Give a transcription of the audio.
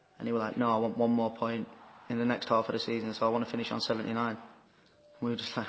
and were like no, i want one more point in the next half of the season, so i want to finish on seventy nine we were just ah